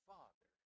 Father